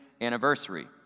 anniversary